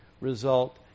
result